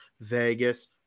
Vegas